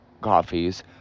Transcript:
coffees